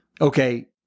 Okay